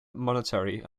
monetary